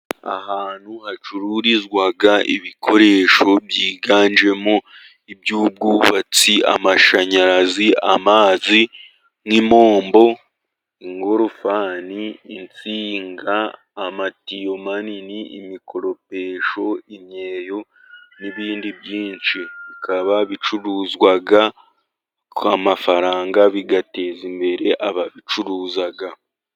Ahantu hacururizwa ibikoresho byiganjemo iby'ubwubatsi; amashanyarazi, amazi, nk'impombo, ingorofani, insinga amatiyo manini, imikoropesho, imyeyo n'ibindi byinshi, bikaba bicuruzwa kw' amafaranga bigateza imbere ababicuruza.